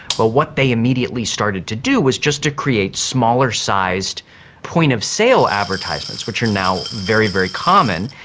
well, what they immediately started to do was just to create smaller sized point-of-sale advertisements which are now very, very common.